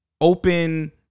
open